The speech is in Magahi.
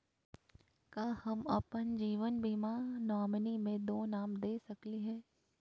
का हम अप्पन जीवन बीमा के नॉमिनी में दो नाम दे सकली हई?